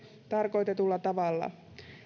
tarkoitetulla tavalla